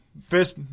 first